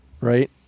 right